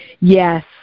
yes